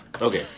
Okay